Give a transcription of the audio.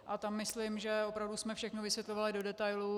A tam myslím, že jsme opravdu všechno vysvětlovali do detailů.